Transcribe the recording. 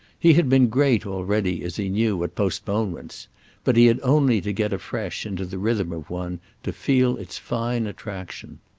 he had been great already, as he knew, at postponements but he had only to get afresh into the rhythm of one to feel its fine attraction.